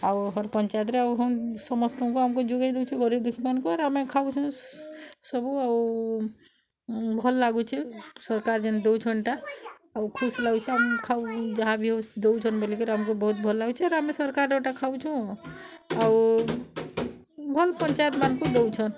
ଆଉ ପଞ୍ଚାୟତର ଆଉ ସମସ୍ତଙ୍କୁ ଆମକୁ ଯୁଗେଇ ଦେଉଛି ଗରିବ ଦୁଃଖୀମାନଙ୍କୁ ଆରୁ ଆମକୁ ଖାଇବାକୁ ଦେଉଛନ୍ତି ସବୁ ଆଉ ଭଲ୍ ଲାଗୁଛି ସରକାର୍ ଜେନ୍ ଦୋଉଛନ୍ ଟା ଆଉ ଖୁସି ଲାଗୁଛେଁ ଆମ୍ ଖାଉ ଯାହାବି ହଉ ଦେଉଛନ୍ତି ବେଲିକରି ଆମକୁ ବହୁତ୍ ଭଲ ଲାଗୁଛି ଆର୍ ଆମେ ସରକାର୍ ଏଟା ଖାଉଛୁଁ ଆଉ ଭଲ୍ ପଞ୍ଚାୟତ୍ମାନଙ୍କୁ ଦଉଛନ୍